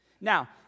Now